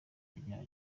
rya